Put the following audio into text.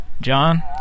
John